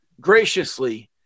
graciously